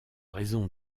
raison